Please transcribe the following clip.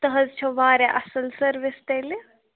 تہٕ حظ چھو واریاہ اَصٕل سٔروِس تیٚلہِ